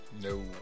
no